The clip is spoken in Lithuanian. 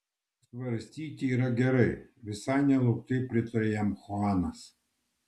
apsvarstyti yra gerai visai nelauktai pritarė jam chuanas